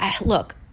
look